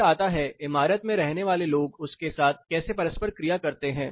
फिर आता है कि इमारत में रहने वाले लोग उसके साथ कैसे परस्पर क्रिया करते हैं